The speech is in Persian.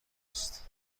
است